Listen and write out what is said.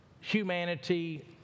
humanity